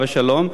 עליו השלום,